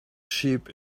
sheep